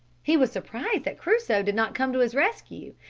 he was surprised that crusoe did not come to his rescue,